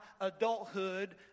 adulthood